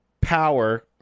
power